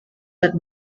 that